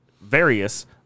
various